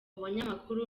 banyamakuru